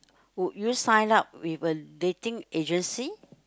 would you sign up with a dating agency